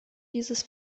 dieses